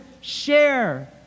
share